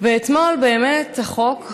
ואתמול באמת החוק,